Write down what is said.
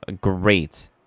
Great